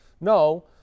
No